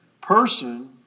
person